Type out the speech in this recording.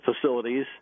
facilities